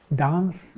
dance